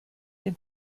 dem